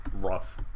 rough